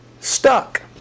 stuck